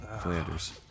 Flanders